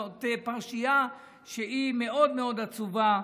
זאת פרשייה מאוד מאוד עצובה,